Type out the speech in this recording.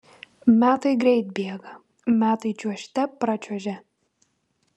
metai greit bėga metai čiuožte pračiuožia